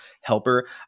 helper